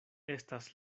estas